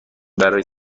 برای